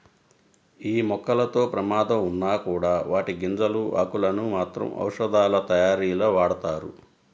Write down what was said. యీ మొక్కలతో ప్రమాదం ఉన్నా కూడా వాటి గింజలు, ఆకులను మాత్రం ఔషధాలతయారీలో వాడతారు